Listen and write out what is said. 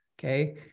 okay